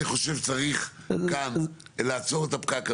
אני חושב שצריך כאן לעצור את הפקק,